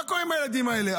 מה קורה עם הילדים האלה?